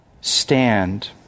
stand